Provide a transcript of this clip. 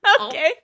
Okay